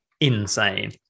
insane